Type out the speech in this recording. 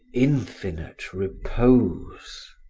infinite repose.